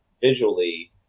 visually